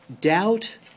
Doubt